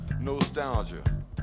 nostalgia